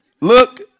Look